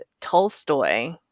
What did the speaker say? Tolstoy